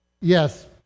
Yes